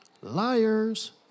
Liars